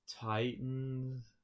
Titans